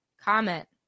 Comment